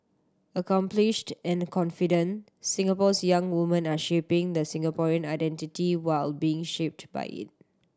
accomplished and confident Singapore's young woman are shaping the Singaporean identity while being shaped by it